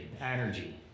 energy